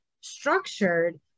structured